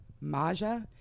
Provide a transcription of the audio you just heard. Maja